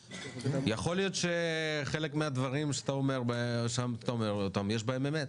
יכול להיות שחלק מן הדברים שאתה אומר יש בהם אמת,